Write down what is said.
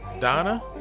Donna